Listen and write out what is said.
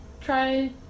try